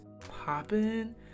popping